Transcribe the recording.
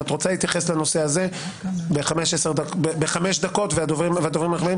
אם את רוצה להתייחס לנושא הזה במשך חמש דקות וגם הדוברים האחרים,